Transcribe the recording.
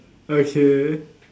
okay